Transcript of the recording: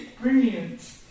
brilliant